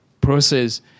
process